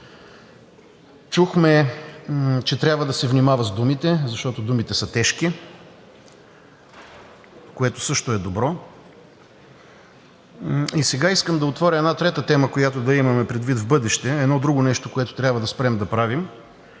Чухме, че трябва да се внимава с думите, защото думите са тежки, което също е добро. И сега искам да отворя една трета тема, която да имаме предвид в бъдеще, едно друго нещо, което трябва да спрем да правим,